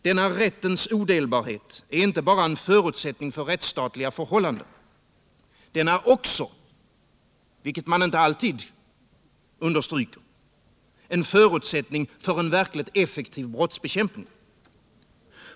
Denna rättens odelbarhet är inte bara en förutsättning för rättsstatliga förhållanden utan det är också — vilket man inte alltid understryker — en förutsättning för en verkligt effektiv brottsbekämpning.